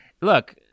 look